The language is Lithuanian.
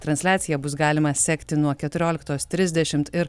transliaciją bus galima sekti nuo keturioliktos trisdešimt ir